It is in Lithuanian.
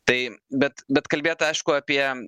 tai bet bet kalbėt aišku apie